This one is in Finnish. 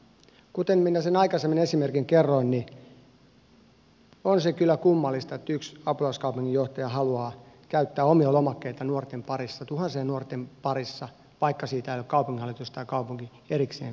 kuten minä aikaisemmin sen esimerkin kerroin niin on se kyllä kummallista että yksi apulaiskaupunginjohtaja haluaa käyttää omia lomakkeitaan tuhansien nuorten parissa vaikka siitä ei ole kaupunginhallitus tai kaupunki erikseen päättänyt